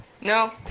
No